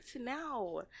now